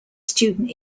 student